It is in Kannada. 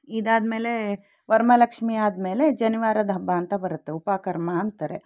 ಇದಾದ್ಮೇಲೆ ವರಮಹಾಲಕ್ಷ್ಮೀ ಆದ್ಮೇಲೆ ಜನಿವಾರದ ಹಬ್ಬ ಅಂತ ಬರುತ್ತೆ ಉಪಕರ್ಮ ಅಂತಾರೆ